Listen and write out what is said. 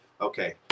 okay